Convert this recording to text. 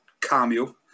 cameo